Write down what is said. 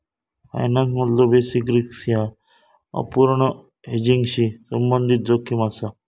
फायनान्समधलो basis risk ह्या अपूर्ण हेजिंगशी संबंधित जोखीम असा